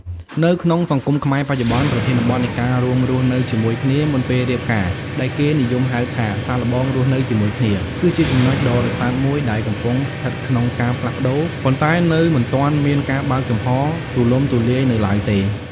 នៅក្នុងសង្គមខ្មែរបច្ចុប្បន្ន ប្រធានបទនៃការរួមរស់នៅជាមួយគ្នាមុនពេលរៀបការ ដែលគេនិយមហៅថា "សាកល្បងរស់នៅជាមួយគ្នា" គឺជាចំណុចដ៏រសើបមួយដែលកំពុងស្ថិតក្នុងការផ្លាស់ប្តូរ ប៉ុន្តែនៅមិនទាន់មានការបើកចំហរទូលំទូលាយនៅឡើយទេ។